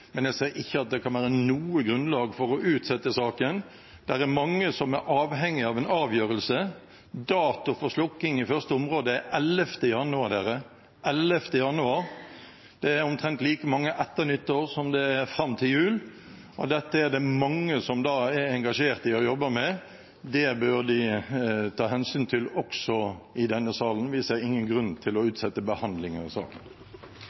men jeg ser ikke at det kan være noe grunnlag for å utsette saken. Det er mange som er avhengige av en avgjørelse. Dato for slukking i første område er 11. januar – 11. januar. Det er omtrent like mange dager etter nyttår som det er fram til jul, og dette er det mange som er engasjert i og jobber med. Det bør vi ta hensyn til også i denne salen. Vi ser ingen grunn til å utsette behandlingen av saken.